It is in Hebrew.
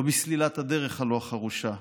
לא בסלילת הדרך הלא-חרושה,